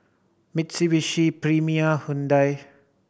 Mitsubishi Premier Hyundai